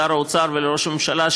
לשר האוצר ולראש הממשלה,